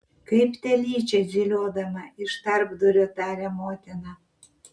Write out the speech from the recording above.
kaip telyčia zyliodama iš tarpdurio taria motina